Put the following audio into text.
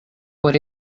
por